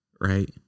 right